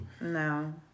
No